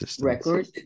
record